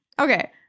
Okay